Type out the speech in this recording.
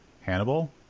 Hannibal